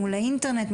האינטרנט,